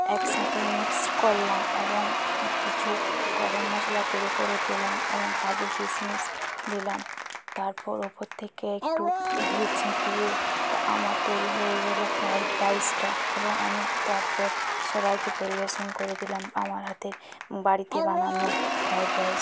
একসাথে মিক্স করলাম এবং কিছু গরম মশলা গুঁড়ো করে দিলাম এবং কাজু কিশমিশ দিলাম তারপর উপর থেকে একটু ঘি ছিটিয়ে আমার তৈরি হয়ে গেল ফ্রায়েড রাইসটা এবং আমি তারপর সবাইকে পরিবেশন করে দিলাম আমার হাতের বাড়িতে বানানো ফ্রায়েড রাইস